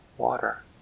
Water